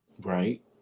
Right